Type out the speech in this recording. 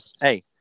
Hey